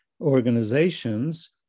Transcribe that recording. organizations